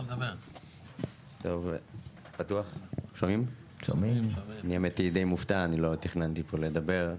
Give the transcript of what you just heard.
אני האמת די מופתע, אני לא תכננתי פה לדבר.